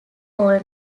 all